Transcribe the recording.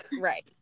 Right